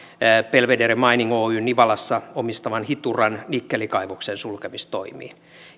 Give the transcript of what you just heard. belvedere mining oyn nivalassa omistaman hituran nikkelikaivoksen sulkemistoimiin